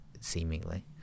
seemingly